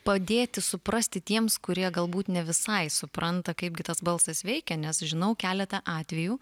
padėti suprasti tiems kurie galbūt ne visai supranta kaipgi tas balsas veikia nes žinau keletą atvejų